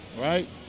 right